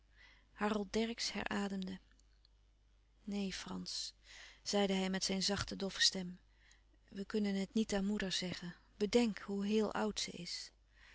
harold dercksz herademde neen frans zeide hij met zijn zachte doffe stem we kunnen het niet aan moeder zeggen bedenk hoe heel oud ze is